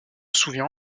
souvient